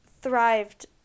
thrived